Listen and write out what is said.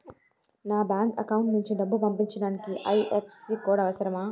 నా bank account నుంచి డబ్బు పంపించడానికి ఐ.ఎఫ్.ఎస్.సి కోడ్ అవసరమా?